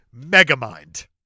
megamind